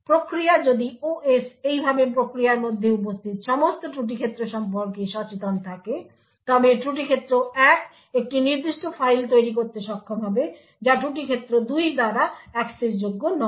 প্রক্রিয়া যদি OS এইভাবে প্রক্রিয়ার মধ্যে উপস্থিত সমস্ত ত্রুটি ক্ষেত্র সম্পর্কে সচেতন থাকে তবে ত্রুটি ক্ষেত্র 1 একটি নির্দিষ্ট ফাইল তৈরি করতে সক্ষম হবে যা ত্রুটি ক্ষেত্র 2 দ্বারা অ্যাক্সেসযোগ্য নয়